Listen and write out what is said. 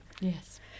Yes